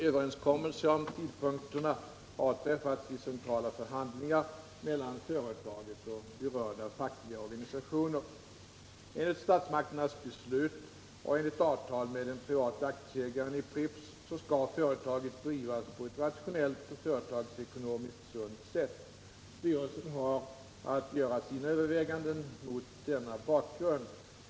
Överenskommelse om tidpunkterna har träffats vid centrala förhandlingar mellan företaget och berörda fackliga organisationer. Enligt statsmakternas beslut och enligt avtal med den private aktieägaren i Pripps skall företaget drivas på ett rationellt och företagsekonomiskt sunt sätt. Styrelsen har att göra sina överväganden mot denna bakgrund.